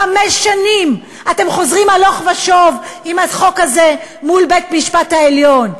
חמש שנים אתם חוזרים הלוך ושוב עם החוק הזה מול בית-המשפט העליון.